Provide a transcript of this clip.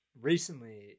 Recently